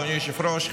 אדוני היושב-ראש,